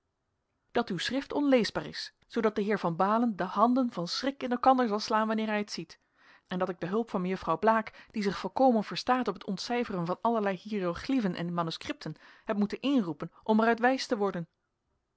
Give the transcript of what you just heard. dat uw schrift onleesbaar is zoodat de heer van baalen de handen van schrik in elkander zal slaan wanneer hij het ziet en dat ik de hulp van mejuffrouw blaek die zich volkomen verstaat op het ontcijferen van allerlei hiëroplyphen en manuscripten heb moeten inroepen om er uit wijs te worden